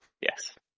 Yes